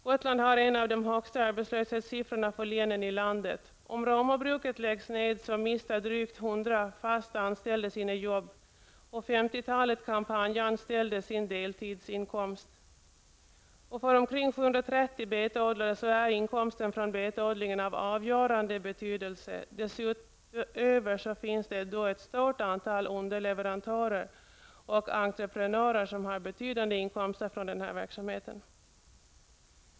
Gotland har en av de högsta arbetslöshetssiffrorna för länen i landet. Om 730 betodlare är inkomsten från betodlingen av avgörande betydelse. Därutöver finns ett stort antal underleverantörer och entreprenörer som har betydande inkomster från denna verksamhet.